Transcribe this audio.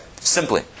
Simply